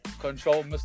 control